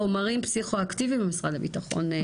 חומרים פסיכו-אקטיביים במשרד הביטחון.